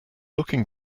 looking